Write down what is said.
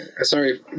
Sorry